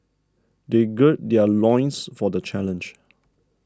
they gird their loins for the challenge